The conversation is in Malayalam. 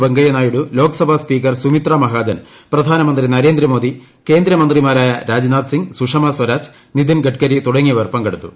വെങ്കയ്യ നായിഡു ലോക്സഭ സ്പീക്കർ സുമിത്ര മഹാജൻ പ്രധാനമന്ത്രി നരേന്ദ്രമോദി കേന്ദ്ര മന്ത്രിമാരായ രാജ്നാഥ് സിംഗ് സുഷമ സ്വരാജ് നിതൻഗഡ്കരി തുടങ്ങിയവർ പങ്കെടുത്തു